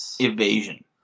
evasion